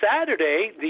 Saturday